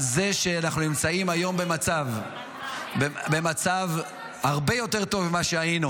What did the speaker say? על זה שאנחנו נמצאים היום במצב הרבה יותר טוב ממה שהיינו.